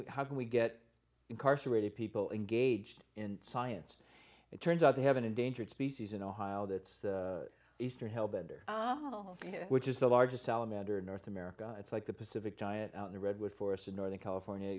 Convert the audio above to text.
we how can we get incarcerated people engaged in science it turns out they have an endangered species in ohio that's eastern hellbender which is the largest salamander in north america it's like the pacific giant in the redwood forest in northern california